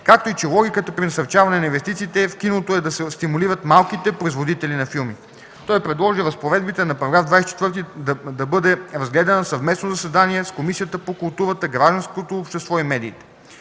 както и че логиката при насърчаване на инвестициите в киното е да се стимулират малките производители на филми. Той предложи разпоредбата на § 24 да бъде разгледана на съвместно заседание с Комисията по културата, гражданското общество и медиите.